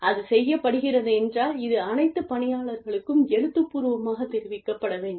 அது செய்யப்படுகிறதென்றால் இது அனைத்து பணியாளர் களுக்கும் எழுத்துப்பூர்வமாகத் தெரிவிக்கப்பட வேண்டும்